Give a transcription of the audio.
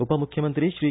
उपम्ख्यमंत्री श्री